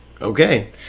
okay